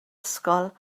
ysgol